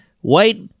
white